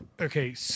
okay